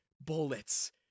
bullets